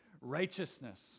righteousness